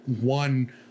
one